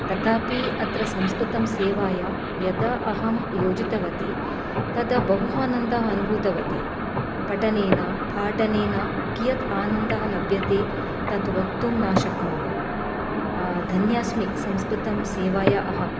तथापि अत्र संस्कृतं सेवाया यदा अहं योजितवती तदा बहु आनन्दः अनुभूतवती पठनेन पाठनेन कियत् आनन्दः लभ्यते तत् वक्तुं न शक्नोमि धन्यास्मि संस्कृतं सेवाय अहम्